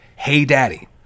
HeyDaddy